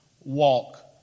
walk